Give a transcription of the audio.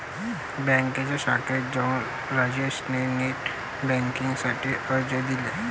बँकेच्या शाखेत जाऊन राजेश ने नेट बेन्किंग साठी अर्ज दिले